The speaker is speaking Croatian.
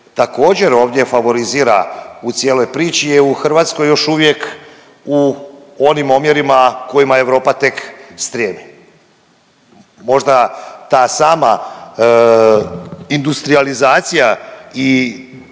također, ovdje favorizira u cijeloj priči je u Hrvatskoj još uvijek u onim omjerima kojim Europa tek stremi. Možda ta sama industrijalizacija i